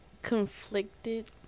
Conflicted